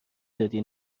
دادی